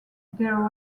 there